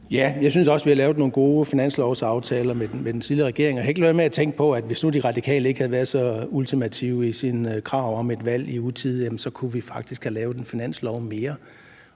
Jeg synes også, at vi har lavet nogle gode finanslovsaftaler med den tidligere regering, og jeg kan ikke lade være med at tænke på, at hvis nu De Radikale ikke havde været så ultimative i deres krav om et valg i utide, kunne vi faktisk have lavet en finanslov mere,